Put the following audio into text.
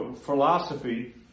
philosophy